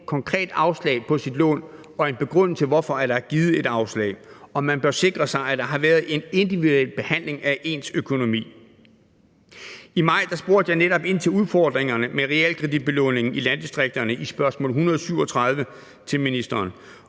konkret afslag på sit lån, også får en begrundelse for, hvorfor der er givet et afslag, og man bør sikre sig, at der har været en individuel behandling af ens økonomi. I maj spurgte jeg netop ind til udfordringerne med realkreditbelåningen i landdistrikterne i spørgsmål 137 til ministeren,